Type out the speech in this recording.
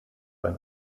ein